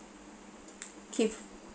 keep